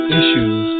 issues